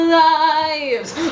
lives